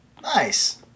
Nice